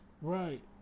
Right